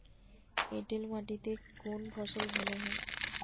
এঁটেল মাটিতে কোন ফসল ভালো হয়?